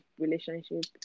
relationship